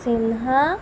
Sinha